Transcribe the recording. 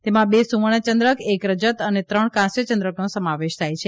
તેમાં બે સુવર્ણ ચંદ્રક એક રજત અને ત્રણ કાંસ્ય ચંદ્રકનો સમાવેશ થાય છે